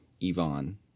Yvonne